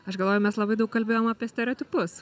aš galvoju mes labai daug kalbėjom apie stereotipus